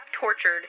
tortured